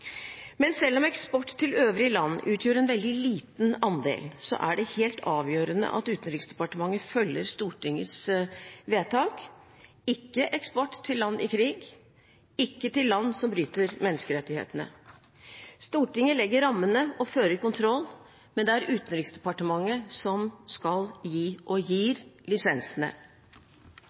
Selv om eksport til øvrige land utgjør en veldig liten andel, er det helt avgjørende at Utenriksdepartementet følger Stortingets vedtak: ikke eksport til land i krig og ikke til land som bryter menneskerettighetene. Stortinget legger rammene og fører kontroll, men det er Utenriksdepartementet som skal gi – og gir – lisensene.